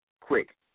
quick